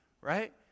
Right